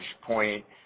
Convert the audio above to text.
point